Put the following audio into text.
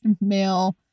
male